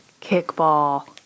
Kickball